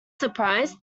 surprised